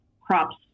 crops